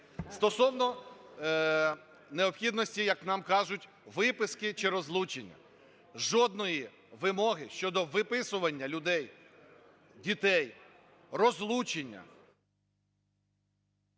Стосовно необхідності, як нам кажуть, виписки чи розлучення. Жодної вимоги щодо виписування людей, дітей, розлучення…